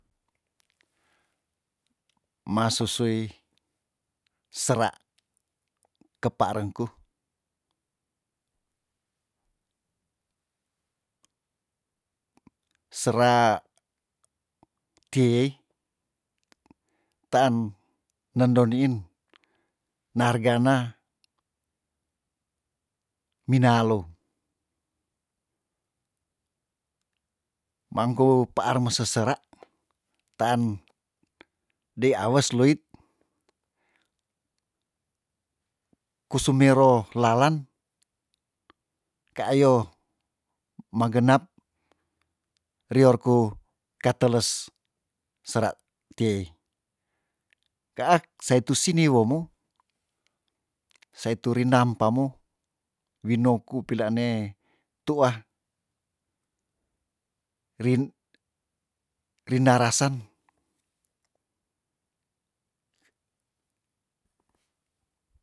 Masusui sera kepaarengku sera tiei taan nendo niin narga na minaalou mangku paar mese sera tean dei awes loit kusumero lalan kaayo magenap rior ku kateles sera tiei kaa sa itu sini womo sa itu rinam pamu winoku pilaane tuah rin- rina rasan